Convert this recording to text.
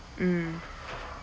mm